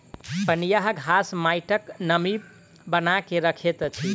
पनियाह घास माइटक नमी बना के रखैत अछि